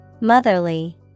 Motherly